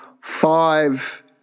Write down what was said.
five